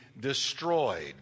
destroyed